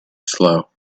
slow